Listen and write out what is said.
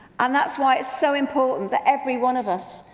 and that's why it's so important that every one of us,